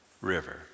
River